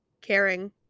caring